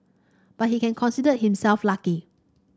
but he can consider himself lucky